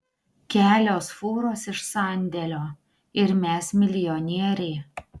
kelios fūros iš sandėlio ir mes milijonieriai